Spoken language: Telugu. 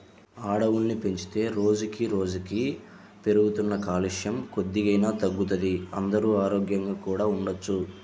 అడవుల్ని పెంచితే రోజుకి రోజుకీ పెరుగుతున్న కాలుష్యం కొద్దిగైనా తగ్గుతది, అందరూ ఆరోగ్యంగా కూడా ఉండొచ్చు